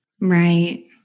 Right